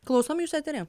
klausom jūs eteryje